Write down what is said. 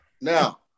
Now